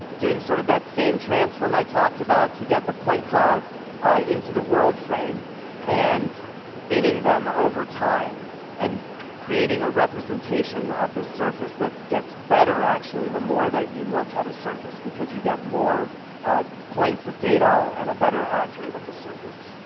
doing sort of that same transform i talked about to get the point cloud into the world frame and binning them over time and creating a representation of this surface that gets better actually the more that you look at a surface because you get more points of data and a better accurate of the surface.